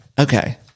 Okay